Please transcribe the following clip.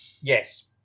Yes